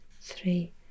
three